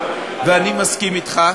ואני מסכים אתך.